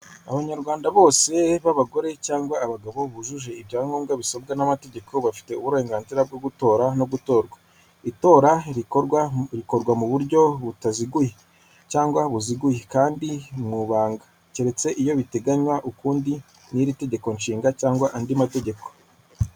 Abanyarwanda bose babagore cyangwa abagabo bujuje ibyangombwa bisabwa n'ama amategeko bafite uburenganzira bwo gutora no gutorwa itora rikorwa mu buryo butaziguye cyangwa buziguye kandi mu ibanga keretse iyo biteganywa ukundi n'iri tegeko nshinga cyangwa andi mategeko.